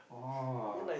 !wah!